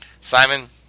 Simon